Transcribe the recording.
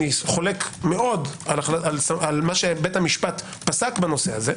חולק מאוד על מה שבית המשפט פסק בנושא הזה.